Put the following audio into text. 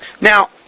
Now